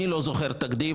אני לא זוכר תקדים,